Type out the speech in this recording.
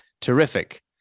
Terrific